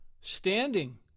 standing